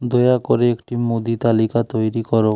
দয়া করে একটি মুদি তালিকা তৈরি করো